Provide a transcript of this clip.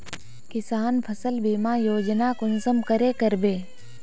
किसान फसल बीमा योजना कुंसम करे करबे?